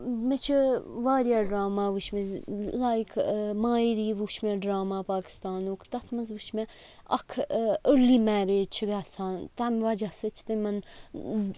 مےٚ چھُ واریاہ ڈَرٛاما وُچھمٕتۍ لایک مایری وُچھ مےٚ ڈرٛاما پاکِستانُک تَتھ وُچھ مےٚ اَکھ أرلی میریج چھِ گَژھان تَمہِ وَجہہ سٍتۍ چھُ تِمَن